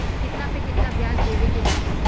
कितना पे कितना व्याज देवे के बा?